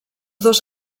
dos